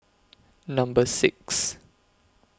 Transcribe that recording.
Number six